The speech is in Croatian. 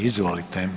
Izvolite.